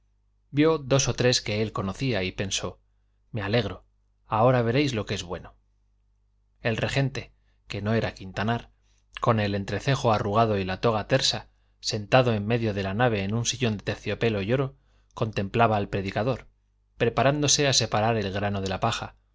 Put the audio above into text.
vio dos o tres que él conocía y pensó me alegro ahora veréis lo que es bueno el regente que no era quintanar con el entrecejo arrugado y la toga tersa sentado en medio de la nave en un sillón de terciopelo y oro contemplaba al predicador preparándose a separar el grano de la paja